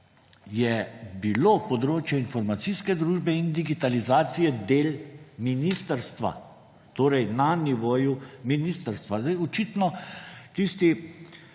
je bilo področje informacijske družbe in digitalizacije del ministrstva, torej na nivoju ministrstva. Zdaj, očitno tisti,